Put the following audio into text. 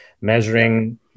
measuring